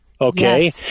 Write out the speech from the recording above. okay